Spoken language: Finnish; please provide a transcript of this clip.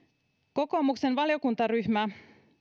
kokoomuksen valiokuntaryhmä